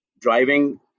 driving